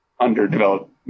underdeveloped